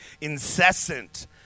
incessant